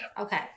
Okay